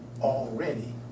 already